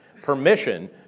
permission